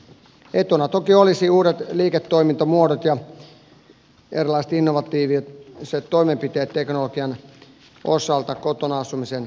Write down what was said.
etuna toki olisivat uudet liiketoimintamuodot ja erilaiset innovatiiviset toimenpiteet teknologian osalta kotona asumisen jatkamiseksi